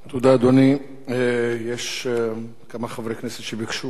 יש כמה חברי כנסת שביקשו להביע עמדה אחרת.